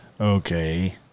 Okay